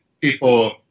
people